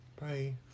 Bye